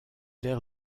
l’air